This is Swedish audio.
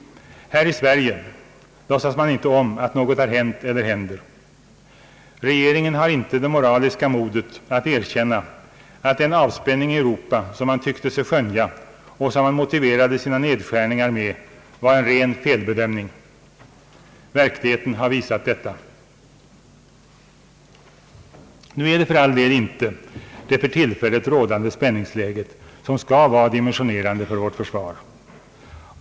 Här i Sverige låtsas man inte om att något har hänt eller händer. Regeringen har inte det moraliska modet att erkänna att den avspänning i Europa som man tyckte sig skönja och som man motiverade sina nedskärningar med var en ren felbedömning. Verkligheten har visat detta. Nu är det för all del inte det för tillfället rådande spänningsläget som skall vara dimensionerande för vårt försvar.